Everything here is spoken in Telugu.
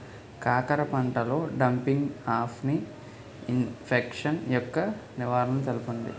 కాకర పంటలో డంపింగ్ఆఫ్ని ఇన్ఫెక్షన్ యెక్క నివారణలు తెలపండి?